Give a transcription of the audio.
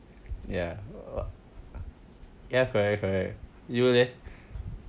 ya ya correct correct you leh